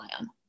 on